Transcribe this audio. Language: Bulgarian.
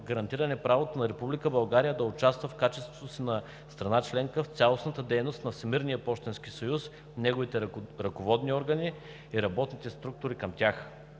гарантиране правото на Република България да участва в качеството си на страна членка в цялостната дейност на Всемирния пощенски съюз, неговите ръководни органи и работните структури към тях.